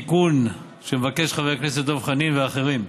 תיקון שמציעים חבר הכנסת דב חנין ואחרים.